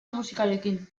musikarekin